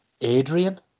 Adrian